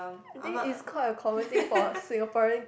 I think is quite a common thing for Singaporean